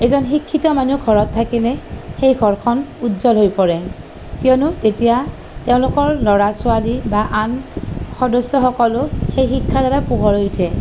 এজন শিক্ষিত মানুহ ঘৰত থাকিলে সেই ঘৰখন উজ্জ্বল হৈ পৰে কিয়নো তেতিয়া তেওঁলোকৰ ল'ৰা ছোৱালী বা আন সদস্য সকলো সেই শিক্ষাৰ দ্বাৰা পোহৰ হৈ উঠে